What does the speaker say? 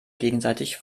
gegenseitig